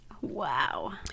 Wow